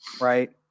right